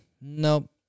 nope